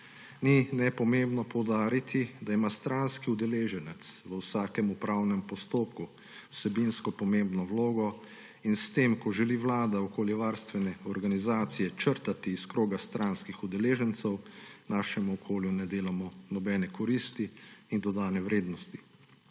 Ni nepomembno poudariti, da ima stranski udeleženec v vsakem upravnem postopku vsebinsko pomembno vlogo, in s tem ko želi Vlada okoljevarstvene organizacije črtati iz kroga stranskih udeležencev, svojemu okolju ne delamo nobene koristi in dodane vrednosti.